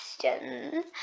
questions